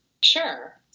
Sure